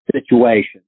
situation